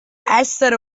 essere